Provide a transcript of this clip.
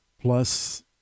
plus